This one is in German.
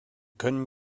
können